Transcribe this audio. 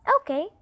okay